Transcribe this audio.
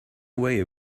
way